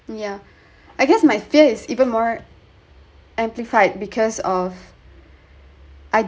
yeah I guess my fear is even more amplified because of I